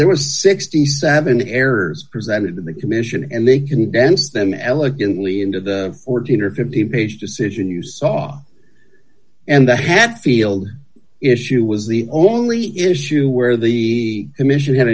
there were sixty seven errors presented to the commission and they couldn't dance them elegantly into the fourteen or fifteen page decision you saw and the hatfield issue was the only issue where the commission had